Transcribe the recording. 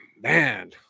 man